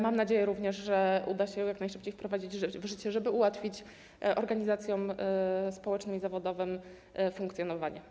Mam nadzieję również, że uda się ją jak najszybciej wprowadzić w życie, żeby ułatwić organizacjom społecznym i zawodowym funkcjonowanie.